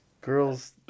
girls